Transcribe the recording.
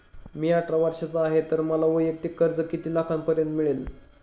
मी अठरा वर्षांचा आहे तर मला वैयक्तिक कर्ज किती लाखांपर्यंत मिळेल?